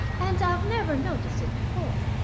and i've never noticed it before.